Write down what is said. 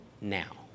now